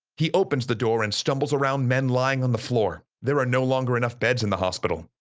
he opens the door and stumbles around men lying on the floor. there are no longer enough beds in the hospital.